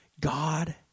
God